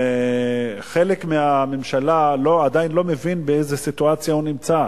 חלק מהממשלה עדיין לא מבין באיזו סיטואציה הוא נמצא,